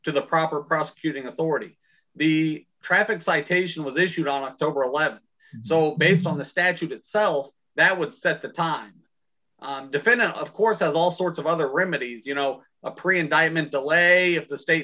to the proper prosecuting authority the traffic citation was issued on october th so based on the statute itself that was at the time defendant of course of all sorts of other remedies you know a pre indictment that way if the state